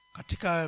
Katika